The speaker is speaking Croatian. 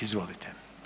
Izvolite.